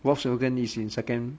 volkswagen is in second